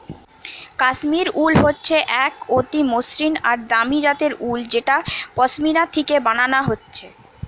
কাশ্মীর উল হচ্ছে এক অতি মসৃণ আর দামি জাতের উল যেটা পশমিনা থিকে বানানা হচ্ছে